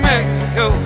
Mexico